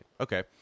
okay